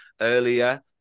earlier